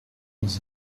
dans